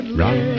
run